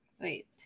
Wait